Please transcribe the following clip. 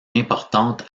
importantes